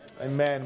Amen